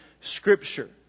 Scripture